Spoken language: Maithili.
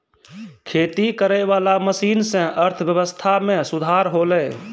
खेती करै वाला मशीन से अर्थव्यबस्था मे सुधार होलै